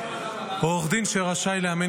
עורך דין שרשאי לאמן